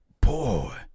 Boy